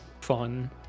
fun